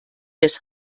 des